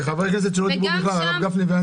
אלה חברי כנסת שלא דיברו בכלל הרב גפני ואני.